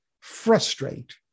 frustrate